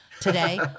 today